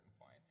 point